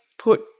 put